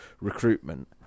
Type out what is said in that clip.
recruitment